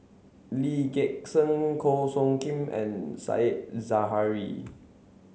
Lee Gek Seng Goh Soo Khim and Said Zahari